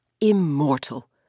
immortal